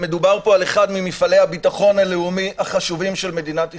מדובר פה על אחד ממפעלי הביטחון הלאומי החשובים של מדינת ישראל.